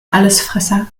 allesfresser